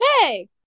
Hey